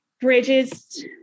bridges